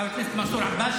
חבר הכנסת מנסור עבאס,